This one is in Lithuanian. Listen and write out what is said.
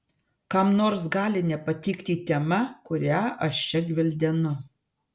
kam nors gali nepatikti tema kurią aš čia gvildenu